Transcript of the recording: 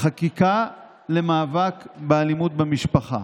חקיקה למאבק באלימות במשפחה,